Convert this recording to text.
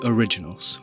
Originals